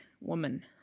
woman